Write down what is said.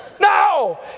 No